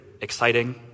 exciting